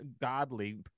godly